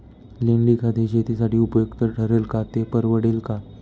लेंडीखत हे शेतीसाठी उपयुक्त ठरेल का, ते परवडेल का?